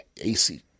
AC